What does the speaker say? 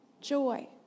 Joy